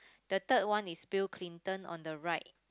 the third one is Bill-Clinton on the right